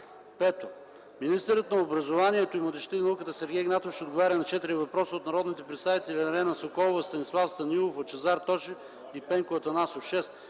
Министърът на образованието, младежта и науката Сергей Игнатов ще отговори на четири въпроса от народните представители Ирена Соколова, Станислав Станилов, Лъчезар Тошев и Пенко Атанасов.